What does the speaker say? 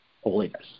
holiness